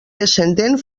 descendent